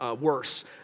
worse